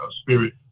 spirit